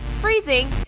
freezing